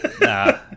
Nah